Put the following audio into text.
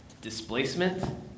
displacement